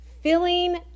filling